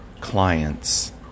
clients